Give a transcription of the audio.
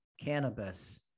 cannabis